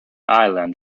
ireland